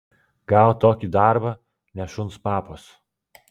gaut tokį darbą ne šuns papas